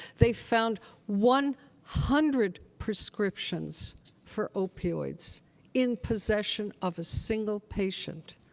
they found one hundred prescriptions for opioids in possession of a single patient.